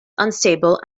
unstable